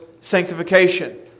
sanctification